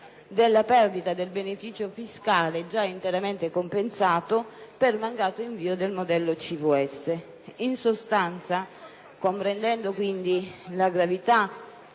della perdita del beneficio fiscale, già interamente compensato, per mancato invio del modello CVS. Comprendendo quindi la gravità